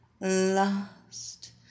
lost